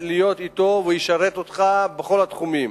להיות אתו והוא ישרת אותך בכל התחומים: